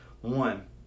one